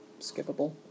skippable